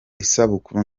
isabukuru